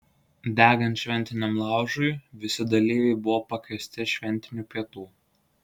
degant šventiniam laužui visi dalyviai buvo pakviesti šventinių pietų